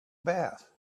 bath